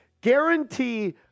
guarantee